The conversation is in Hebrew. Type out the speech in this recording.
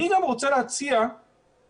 אני גם רוצה להציע פתרון,